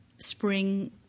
spring